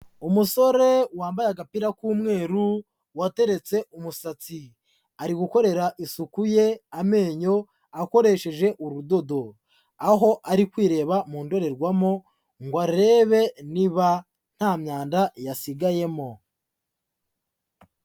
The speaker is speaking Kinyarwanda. Umusore wambaye agapira k'umweru, wateretse umusatsi ari gukorera isuku ye amenyo akoresheje urudodo, aho ari kwireba mu ndorerwamo ngo arebe niba nta myanda yasigayemo.